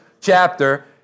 chapter